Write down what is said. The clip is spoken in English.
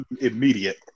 Immediate